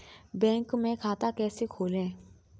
Bank में खाता कैसे खोलें?